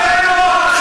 אתם לא.